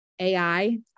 AI